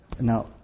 Now